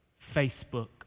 Facebook